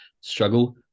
struggle